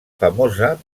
famosa